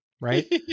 right